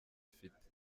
afite